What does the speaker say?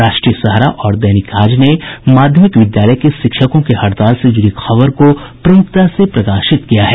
राष्ट्रीय सहारा और दैनिक आज ने माध्यमिक विद्यालय के शिक्षकों की हड़ताल से जूड़ी खबर को प्रमुखता से प्रकाशित किया है